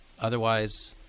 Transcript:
otherwise